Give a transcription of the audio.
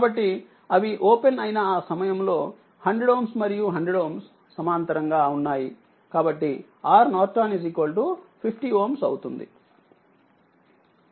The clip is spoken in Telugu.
కాబట్టి అవి ఓపెన్ అయిన ఆసమయంలో 100Ω మరియు 100Ωసమాంతరంగావున్నాయి కాబట్టి RN50 Ω అవుతుంది